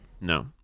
No